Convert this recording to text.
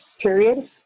period